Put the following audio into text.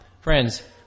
friends